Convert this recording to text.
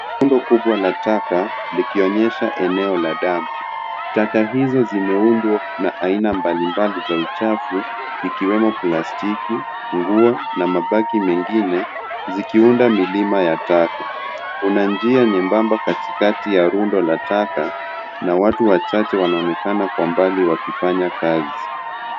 Rundo kubwa la taka likionyesha eneo la dampo. Taka hizo zimeundwa na aina mbalimbali za uchafu ikiwemo plastiki, nguo na mabaki mengine zikiunda milima ya taka. Kuna njia nyembamba katikati ya rundo la taka na watu wachache wanaonekana kwa mbali wakifanya kazi.